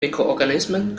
mikroorganismen